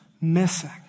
missing